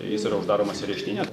jis yra uždaromas į areštinę